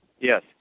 Yes